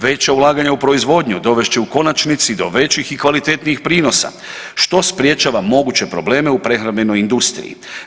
Veća ulaganja u proizvodnju dovest će u konačnici do većih i kvalitetnijih prinosa što sprječava moguće probleme u prehrambenoj industriji.